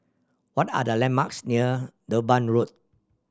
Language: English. what are the landmarks near Durban Road